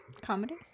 comedy